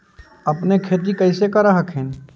अपने खेती कैसे कर हखिन?